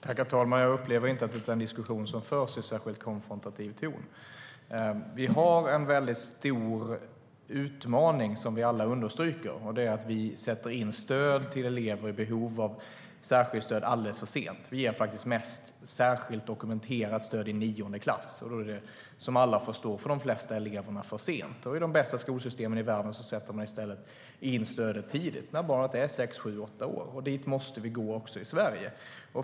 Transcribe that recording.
STYLEREF Kantrubrik \* MERGEFORMAT Svar på interpellationerVi har en stor utmaning, vilket vi alla understryker, och det är att vi sätter in stöd till elever med behov av särskilt stöd alldeles för sent. Vi ger faktiskt mest särskilt dokumenterat stöd i nionde klass, och som alla förstår är det för sent för de flesta eleverna. I de bästa skolsystemen i världen sätter man i stället in stödet tidigt, när barnet är sex sju åtta år. Dit måste vi gå också i Sverige.